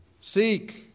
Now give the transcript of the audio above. Seek